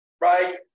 right